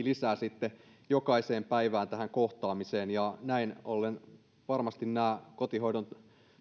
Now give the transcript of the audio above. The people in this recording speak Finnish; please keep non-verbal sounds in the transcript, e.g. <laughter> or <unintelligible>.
<unintelligible> lisää jokaiseen päivään tähän kohtaamiseen ja näin ollen varmasti nämä kotihoidon